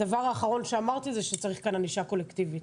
הדבר האחרון שאמרתי זה שצריך כאן ענישה קולקטיבית.